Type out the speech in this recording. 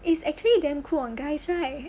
it's actually damn cool on guys right